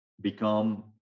become